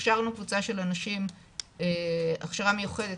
הכשרנו קבוצה של אנשים הכשרה מיוחדת,